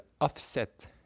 offset